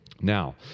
Now